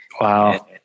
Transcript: Wow